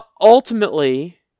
ultimately